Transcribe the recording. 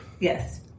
Yes